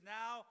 now